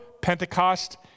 Pentecost